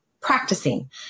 practicing